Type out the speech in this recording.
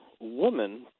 woman